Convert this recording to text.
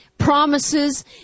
Promises